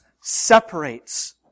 separates